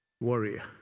warrior